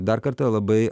dar kartą labai